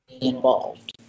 involved